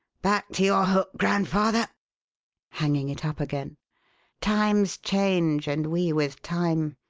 back to your hook, grandfather hanging it up again times change and we with time.